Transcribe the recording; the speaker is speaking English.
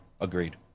agreed